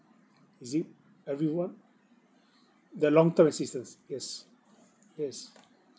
is it everyone the long term assistance yes yes